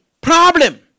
problem